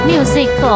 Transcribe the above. Music